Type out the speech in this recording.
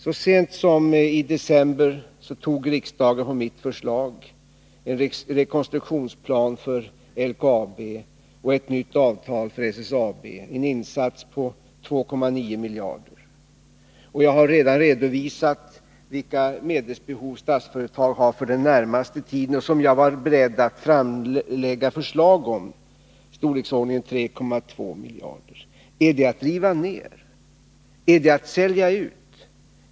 Så sent som i december antog riksdagen på mitt förslag en rekonstruktionsplan för LKAB och ett nytt avtal för SSAB, en insats på 2,9 miljarder. Jag har redan redovisat vilka medelsbehov Statsföretag har för den närmaste tiden, och jag var beredd att framlägga förslag om dessa — de var i storleksordningen 3,2 miljarder. Är det att riva ned? Är det att sälja ut?